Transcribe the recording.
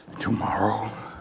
Tomorrow